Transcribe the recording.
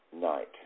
night